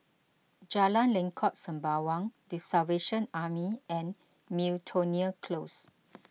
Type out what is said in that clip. Jalan Lengkok Sembawang the Salvation Army and Miltonia Close